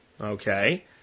okay